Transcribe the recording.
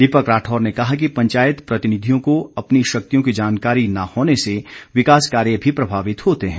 दीपक राठौर ने कहा कि पंचायत प्रतिनिधियों को अपनी शक्तियों की जानकारी न होने से विकास कार्य भी प्रभावित होते हैं